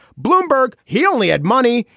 bloomberg, he only had money.